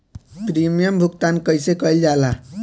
Premium भुगतान कइसे कइल जाला?